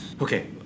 Okay